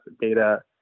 data